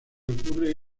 ocurre